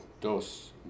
dos